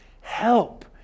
help